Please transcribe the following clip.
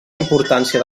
importància